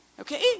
Okay